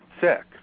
sick